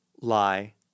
Lie